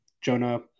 jonah